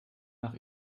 nach